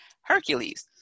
Hercules